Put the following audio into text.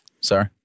sorry